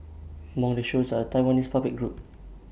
among the shows are A Taiwanese puppet group